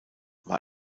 war